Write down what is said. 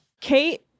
Kate